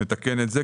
נתקן גם את זה.